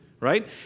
Right